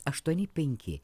aštuoni penki